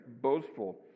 boastful